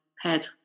head